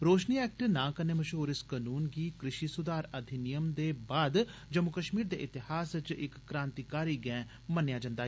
रोशनी एक्ट नां कन्ने मशहूर इस कनून गी कृषि सुधार अधिनियम दे बाद जम्मू कश्मीर दे इतिहास च इक क्रांतिकारी गैं मन्नेआ जंदा ऐ